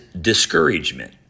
discouragement